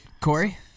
Corey